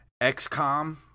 XCOM